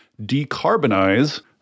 decarbonize